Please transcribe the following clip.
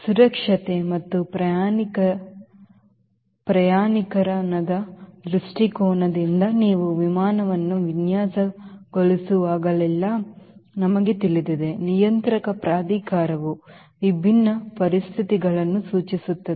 ಸುರಕ್ಷತೆ ಮತ್ತು ಪ್ರಮಾಣೀಕರಣದ ದೃಷ್ಟಿಕೋನದಿಂದ ನೀವು ವಿಮಾನವನ್ನು ವಿನ್ಯಾಸಗೊಳಿಸುವಾಗಲೆಲ್ಲಾ ನಮಗೆ ತಿಳಿದಿದೆ ನಿಯಂತ್ರಕ ಪ್ರಾಧಿಕಾರವು ವಿಭಿನ್ನ ಪರಿಸ್ಥಿತಿಗಳನ್ನು ಸೂಚಿಸುತ್ತದೆ